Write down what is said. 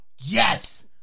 Yes